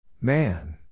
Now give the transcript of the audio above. Man